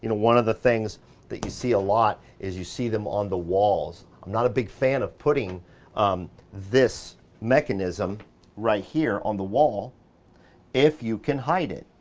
you know one of the things that you see a lot is you see them on the walls. i'm not a big fan of putting this mechanism right here on the wall if you can hide it,